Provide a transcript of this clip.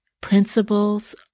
principles